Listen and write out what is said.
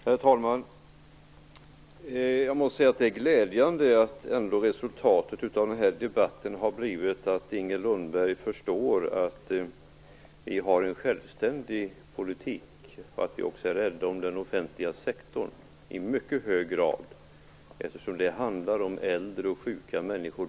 Herr talman! Jag måste säga att det är glädjande att resultatet av den här debatten har blivit att Inger Lundberg förstår att vi har en självständig politik och att vi även i mycket hög grad är rädda om den offentliga sektorn, eftersom det bl.a. handlar om äldre och sjuka människor.